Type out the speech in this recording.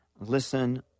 listen